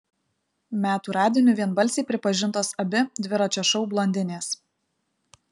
metų radiniu vienbalsiai pripažintos abi dviračio šou blondinės